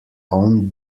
own